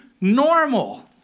normal